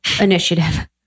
initiative